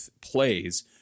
plays